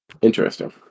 Interesting